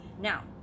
now